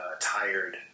tired